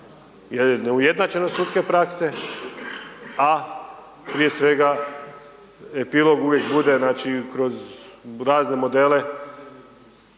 neujednačenost sudske prakse a prije svega epilog uvijek bude znači kroz razne modele